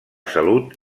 salut